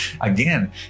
Again